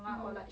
mm